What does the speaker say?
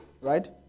right